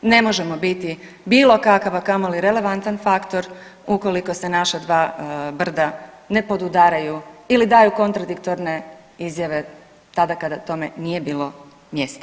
Ne možemo biti bilo kakav, a kamoli relevantan faktor ukoliko se naša dva brda ne podudaraju ili daju kontradiktorne izjave tada kada tome nije bilo mjesto.